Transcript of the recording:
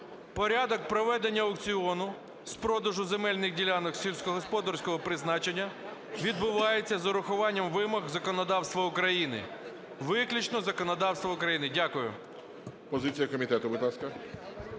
"Порядок проведення аукціону з продажу земельних ділянок сільськогосподарського призначення відбувається з урахування вимог законодавства України". Виключно законодавства України. Дякую.